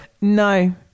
no